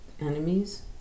Enemies